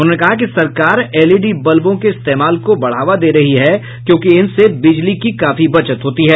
उन्होंने कहा कि सरकार एल ई डी बल्बों के इस्तेमाल को बढ़ावा दे रही है क्योंकि इनसे बिजली की काफी बचत होती है